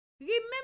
Remember